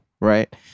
right